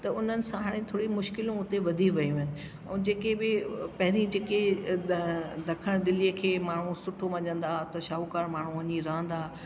त उननि सां हाणे थोरी मुश्किलूं उते वधी वियूं आहिनि ऐं जेके बि पहरीं जेके द दखण दिल्लीअ खे माण्हू सुठो मञींदा हुआ त शाहूकार माण्हू वञी रहंदा हा